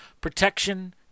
Protection